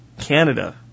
Canada